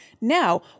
Now